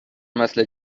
مثل